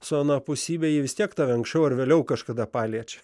su anapusybe ji vis tiek tave anksčiau ar vėliau kažkada paliečia